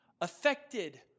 affected